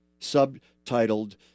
Subtitled